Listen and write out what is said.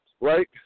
right